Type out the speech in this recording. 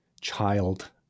child